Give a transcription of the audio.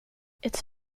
its